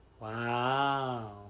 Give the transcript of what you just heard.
Wow